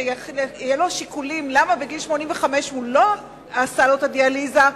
יהיו לו שיקולים למה בגיל 85 הוא לא עשה לו את הדיאליזה.